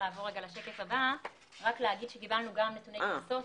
נתוני קנסות.